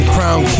Crown